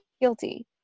guilty